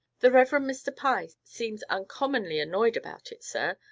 the reverend mr. pye seems uncommonly annoyed about it, sir,